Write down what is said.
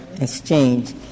exchange